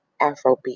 Afrobeat